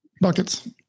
buckets